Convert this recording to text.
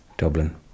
Dublin